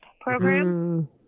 program